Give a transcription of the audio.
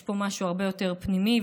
יש פה משהו הרבה יותר פנימי,